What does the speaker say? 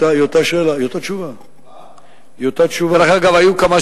לאזור תעשייתי פעיל ושוקק מאות אנשים,